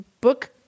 book